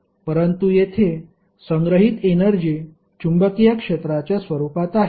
परंतु येथे संग्रहित एनर्जी चुंबकीय क्षेत्राच्या स्वरूपात आहे